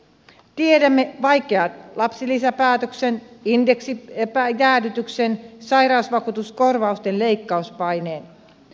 tiedämme vaikean lapsilisäpäätöksen indeksijäädytyksen sairausvakuutuskorvausten leikkauspaineen